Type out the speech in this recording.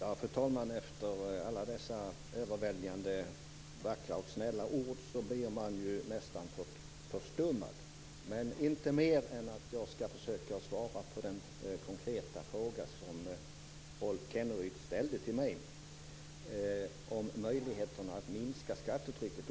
Fru talman! Efter alla dessa överväldigande vackra och snälla ord blir jag nästan förstummad, men inte mer än att jag skall försöka svara på den konkreta fråga som Rolf Kenneryd ställde till mig om möjligheten att minska skattetrycket.